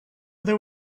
there